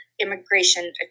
immigration